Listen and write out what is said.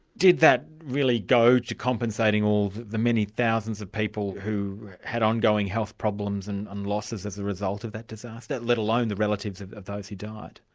did that really go to compensating all the many thousands of people who had ongoing health problems and and losses as a result of that disaster? let alone the relatives of of those who died.